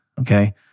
okay